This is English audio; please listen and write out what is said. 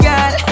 God